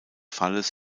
falles